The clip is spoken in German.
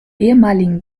ehemaligen